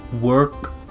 work